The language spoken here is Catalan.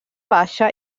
baixa